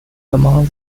among